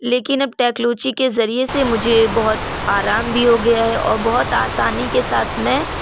لیکن اب ٹیکلوچی کے ذریعے سے مجھے بہت آرام بھی ہو گیا ہے اور بہت آسانی کے ساتھ میں